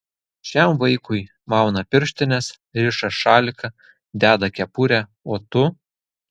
šiam vaikui mauna pirštines riša šaliką deda kepurę o tu